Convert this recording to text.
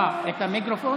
אה, את המיקרופון?